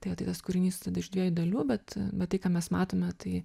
tai va tai tas kūrinys tada iš dviejų dalių bet bet tai ką mes matome tai